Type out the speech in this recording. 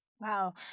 Wow